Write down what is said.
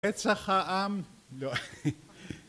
רצח העם